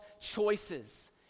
choices